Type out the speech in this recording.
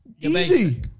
Easy